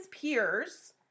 peers